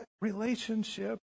relationship